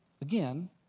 again